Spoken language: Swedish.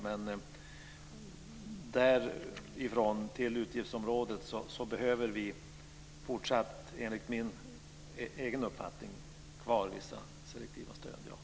Men därifrån till utgiftsområdet behöver vi enligt min egen uppfattning fortsatt ha kvar vissa selektiva stöd.